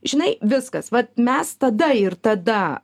žinai viskas vat mes tada ir tada